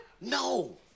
No